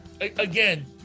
again